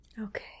Okay